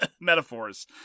metaphors